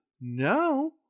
no